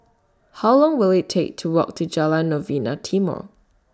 How Long Will IT Take to Walk to Jalan Novena Timor